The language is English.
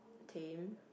tame